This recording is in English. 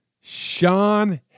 Sean